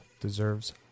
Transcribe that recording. deserves